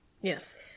Yes